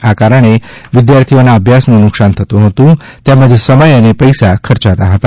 આ કારણે વિદ્યાર્થીઓના અભ્યાસનું નુકસાન થતું હતું તેમજ સમય અને પૈસા ખર્ચાતા હતા